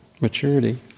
maturity